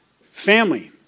Family